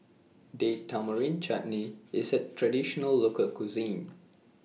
Date Tamarind Chutney IS A Traditional Local Cuisine